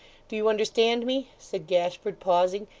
do you understand me said gashford, pausing,